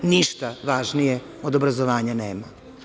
Ništa važnije od obrazovanja nema.